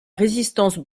résistance